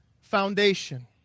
foundation